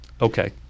Okay